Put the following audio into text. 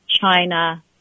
China